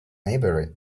maybury